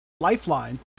lifeline